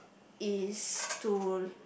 is to